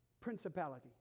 principality